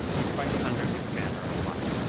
and fights under his banner of light,